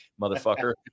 motherfucker